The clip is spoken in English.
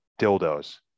dildos